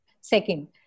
second